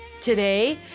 Today